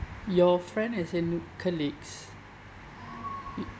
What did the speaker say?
your friend as in an colleagues